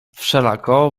wszelako